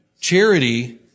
Charity